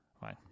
Fine